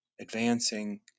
advancing